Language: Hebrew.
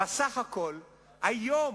בסך הכול, היום,